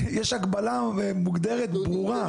יש הגבלה מוגדרת, ברורה.